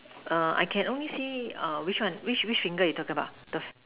err I can only see err which one which which finger are you talking about the